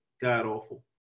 god-awful